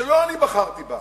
שלא אני בחרתי בה,